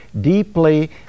deeply